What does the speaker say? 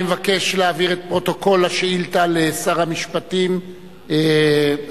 אני אבקש להעביר את פרוטוקול השאילתא לשר המשפטים הנבחר,